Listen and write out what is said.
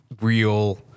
real